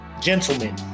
gentlemen